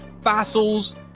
fossils